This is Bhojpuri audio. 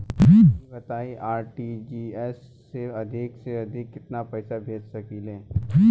ई बताईं आर.टी.जी.एस से अधिक से अधिक केतना पइसा भेज सकिले?